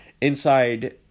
Inside